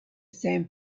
san